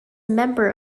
member